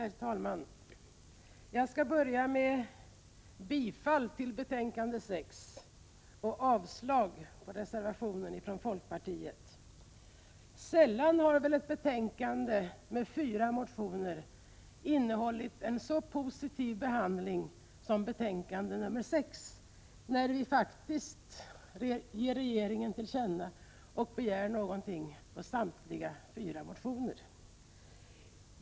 Herr talman! Jag skall börja med att yrka bifall till betänkande 6 och avslag på reservationen från folkpartiet. Sällan har väl ett betänkande med fyra motioner innehållit en så positiv behandling som betänkande nr 6. Vi ger faktiskt regeringen till känna någonting beträffande samtliga fyra motioner.